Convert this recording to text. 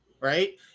right